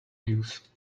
use